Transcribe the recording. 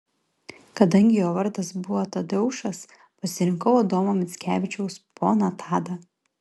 kadangi jo vardas buvo tadeušas pasirinkau adomo mickevičiaus poną tadą